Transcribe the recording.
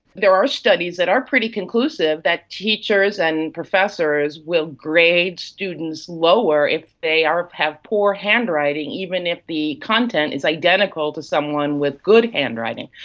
there are studies that are pretty conclusive that teachers and professors will grade students lower if they have poor handwriting, even if the content is identical to someone with good handwriting.